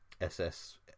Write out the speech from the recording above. SS